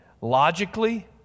logically